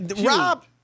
Rob